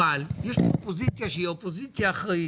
אבל יש פה אופוזיציה שהיא אופוזיציה אחראית